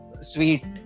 sweet